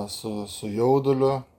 su su jauduliu